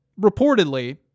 reportedly